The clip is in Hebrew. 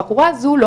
הבחורה הזו,